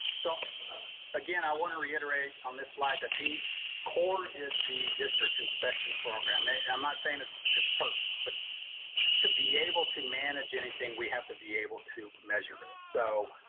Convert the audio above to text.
so again, i want to reiterate on this slide, that the core is the district inspection program, and i'm not saying it's it's perfect, but to be able to manage anything, we have to be able to measure it. so